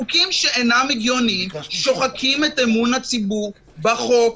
חוקים שאינם הגיוניים שוחקים את אמון הציבור בחוק,